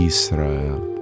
Israel